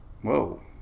Whoa